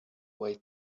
way